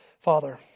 Father